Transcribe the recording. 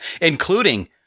including